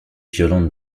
violente